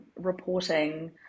reporting